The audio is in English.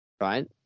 right